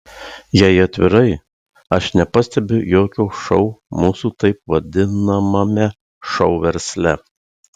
jei atvirai aš nepastebiu jokio šou mūsų taip vadinamame šou versle